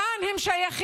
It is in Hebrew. לאן הם שייכים,